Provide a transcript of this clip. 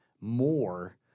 more